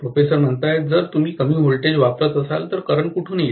professor जर तुम्ही कमी व्होल्टेज वापरत असाल तर करंट कुठून येईल